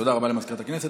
תודה רבה למזכירת הכנסת.